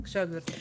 בבקשה, גברתי.